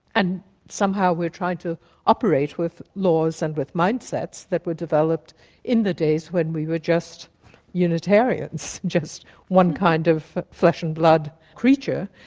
and somehow we are trying to operate with laws and with mindsets that were developed in the days when we were just unitarians, just one kind of flesh and blood creature.